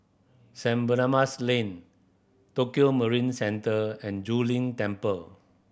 St Barnabas Lane Tokio Marine Centre and Zu Lin Temple